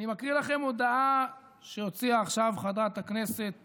אני מקריא לכם הודעה שהוציאה עכשיו חברת הכנסת